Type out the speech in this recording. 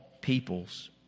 peoples